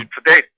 Today